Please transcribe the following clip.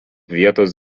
vietos